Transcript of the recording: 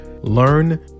learn